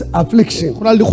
affliction